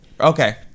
Okay